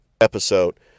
episode